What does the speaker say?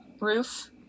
Roof